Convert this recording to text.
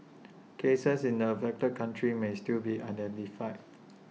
cases in the affected countries may still be identified